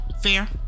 Fair